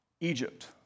Egypt